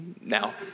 now